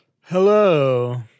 Hello